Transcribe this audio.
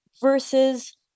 versus